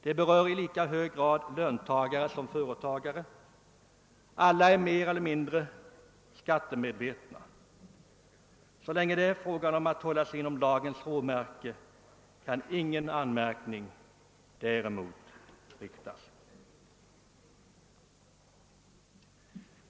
Det berör i lika hög grad löntagare som företagare — alla är mer eller mindre skattemedvetna. Så länge det är fråga om att hålla sig inom lagens råmärken kan ingen anmärkning däremot riktas.